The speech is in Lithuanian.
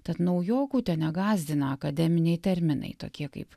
tad naujokų tenegąsdina akademiniai terminai tokie kaip